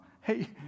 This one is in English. Hey